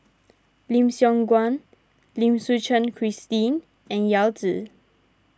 Lim Siong Guan Lim Suchen Christine and Yao Zi